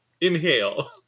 inhale